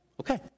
Okay